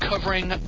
Covering